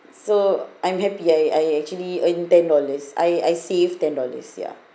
so I'm happy I I actually earn ten dollars I save ten dollars ya